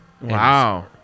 Wow